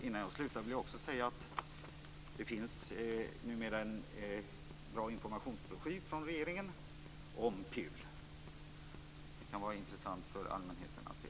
Innan jag slutar vill säga att det numera finns en bra informationsbroschyr om PUL. Det kan vara intressant för allmänheten att veta.